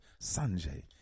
Sanjay